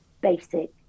basic